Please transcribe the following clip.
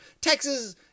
Texas